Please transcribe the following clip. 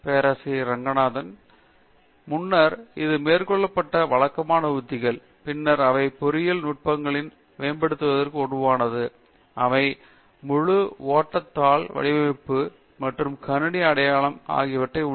பேராசிரியர் டி ரெங்கநாதன் முன்னர் இது மேற்கொள்ளப்பட்ட வழக்கமான உத்திகள் பின்னர் அவை பொறியியல் நுட்பங்களை மேம்படுத்துவதற்கு உருவானது அவை முழு ஓட்டத் தாள் வடிவமைப்பு மற்றும் கணினி அடையாளம் ஆகியவற்றை உள்ளடக்கியது